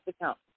account